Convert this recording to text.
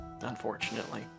Unfortunately